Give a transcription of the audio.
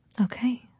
Okay